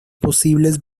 posibles